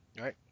right